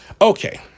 Okay